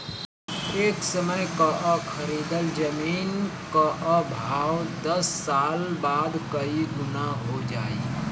ए समय कअ खरीदल जमीन कअ भाव दस साल बाद कई गुना हो जाई